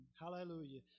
Hallelujah